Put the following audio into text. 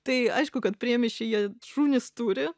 tai aišku kad priemiesčiai jie šunis turi